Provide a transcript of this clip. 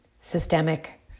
systemic